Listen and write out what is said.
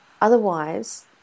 Otherwise